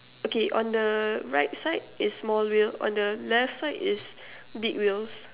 okay on the right side is small wheel on the left side is big wheels